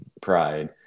pride